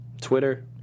Twitter